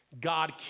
God